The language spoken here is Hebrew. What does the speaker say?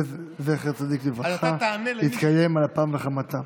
זכר צדיק לברכה, תתקיים על אפם וחמתם.